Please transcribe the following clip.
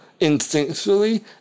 instinctually